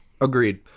agreed